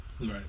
right